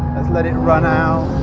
let it run out.